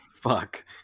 Fuck